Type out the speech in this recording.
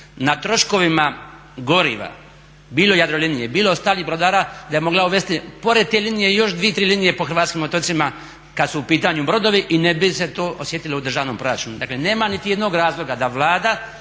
na troškovima goriva bilo Jadrolinije, bilo ostalih brodara da je mogla uvesti pored te linije još 2, 3 linije po hrvatskim otocima kad su u pitanju brodovi i ne bi se to osjetilo u državnom proračunu. Dakle nema niti jednog razloga da Vlada